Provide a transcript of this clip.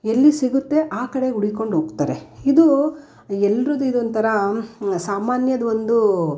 ಎಲ್ಲಿ ಸಿಗುತ್ತೆ ಆ ಕಡೆ ಹುಡುಕ್ಕೊಂಡು ಹೋಗ್ತಾರೆ ಇದು ಎಲ್ರದ್ದೂ ಇದೊಂಥರ ಸಾಮಾನ್ಯದ ಒಂದು